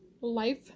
life